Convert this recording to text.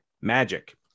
Magic